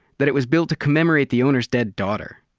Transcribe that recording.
that it was built to commemorate the owner's dead daughter.